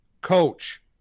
coach